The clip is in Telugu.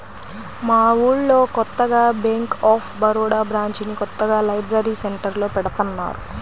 మా ఊళ్ళో కొత్తగా బ్యేంక్ ఆఫ్ బరోడా బ్రాంచిని కొత్తగా లైబ్రరీ సెంటర్లో పెడతన్నారు